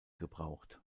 gebraucht